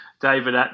David